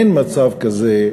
אין מצב כזה.